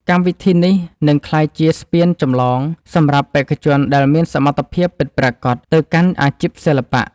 កម្មវិធីនេះនឹងក្លាយជាស្ពានចម្លងសម្រាប់បេក្ខជនដែលមានសមត្ថភាពពិតប្រាកដទៅកាន់អាជីពសិល្បៈ។